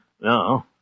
No